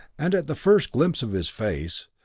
and at the first glimpse of his face,